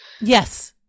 yes